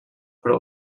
però